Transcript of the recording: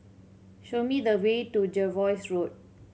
show me the way to Jervois Road